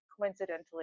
coincidentally